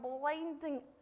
blinding